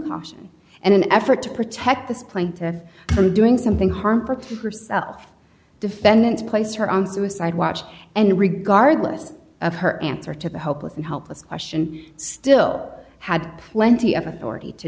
caution and an effort to protect this plane to from doing something harmful herself defendants placed her on suicide watch and regardless of her answer to the help with the helpless question still had plenty of authority to